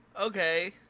Okay